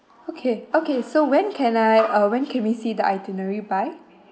okay okay so when can I uh when can we see the itinerary by